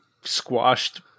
squashed